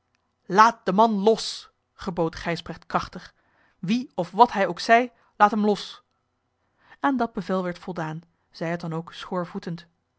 laat den man los gebood gijsbrecht krachtig wie of wat hij ook zij laat hem los aan dat bevel werd voldaan zij het dan ook schoorvoetend